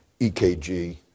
EKG